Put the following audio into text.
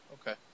Okay